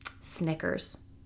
Snickers